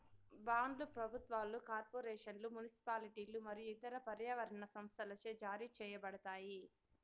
బాండ్లు ప్రభుత్వాలు, కార్పొరేషన్లు, మునిసిపాలిటీలు మరియు ఇతర పర్యావరణ సంస్థలచే జారీ చేయబడతాయి